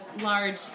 large